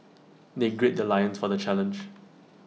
they grid their loins for the challenge